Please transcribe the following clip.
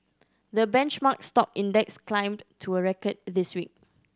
the benchmark stock index climbed to a record this week